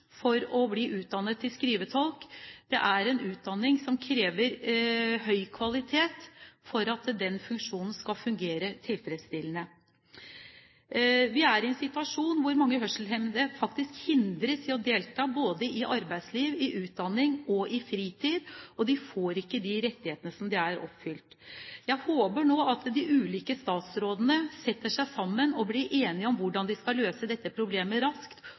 for å bli utdannet til skrivetolk. Det er en utdanning som krever høy kvalitet for at den skal fungere tilfredsstillende. Vi er i en situasjon hvor mange hørselshemmede faktisk hindres i å delta både i arbeidsliv, i utdanning og i fritidsaktiviteter. De får ikke rettighetene sine oppfylt. Jeg håper nå at de ulike statsrådene setter seg sammen og blir enige om hvordan de skal løse dette problemet raskt,